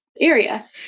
area